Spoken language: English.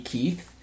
Keith